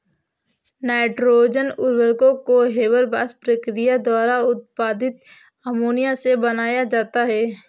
nitrogen उर्वरकों को Haber Bosch प्रक्रिया द्वारा उत्पादित अमोनिया से बनाया जाता है